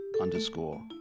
underscore